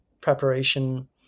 preparation